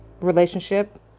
relationship